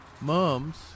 mums